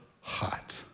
hot